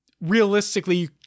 Realistically